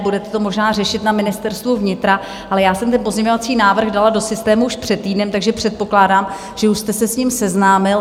Budete to možná řešit na Ministerstvu vnitra, ale já jsem ten pozměňovací návrh dala do systému už před týdnem, takže předpokládám, že už jste se s ním seznámil.